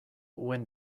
when